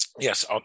Yes